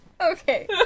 Okay